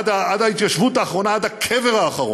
עד היישוב האחרון, עד הקבר האחרון,